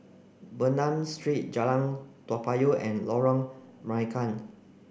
Bernam Street Jalan Toa Payoh and Lorong Marican